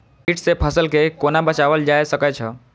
कीट से फसल के कोना बचावल जाय सकैछ?